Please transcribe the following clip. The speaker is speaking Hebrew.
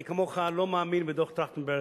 אני, כמוך, לא מאמין בדוח-טרכטנברג.